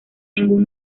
ningún